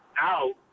out